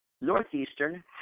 Northeastern